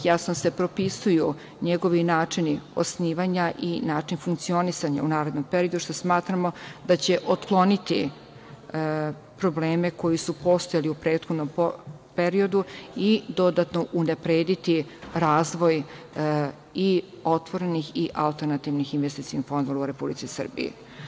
Jasno se propisuju njegovi načini osnivanja i način funkcionisanja u narednom periodu što smatramo da će otkloniti probleme koji su postojali u prethodnom periodu i dodatno unaprediti razvoj i otvorenih i alternativnih investicionih fondova u Republici Srbiji.